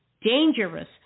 dangerous